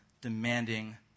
demanding